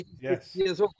yes